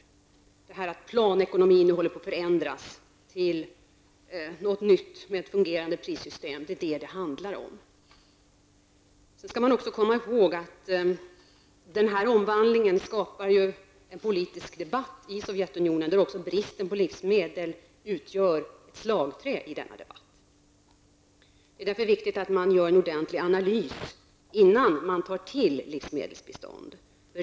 Vad det handlar om är att planekonomin håller på att förändras till något nytt, med ett fungerande prissystem. Man skall också komma ihåg att omställningen skapar en politisk debatt i Sovjet, där bristen på livsmedel utgör ett slagträ i debatten. Det är därför viktigt att göra en ordenlig analys innan man tar till livsmedelsbistånd.